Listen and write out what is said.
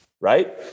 right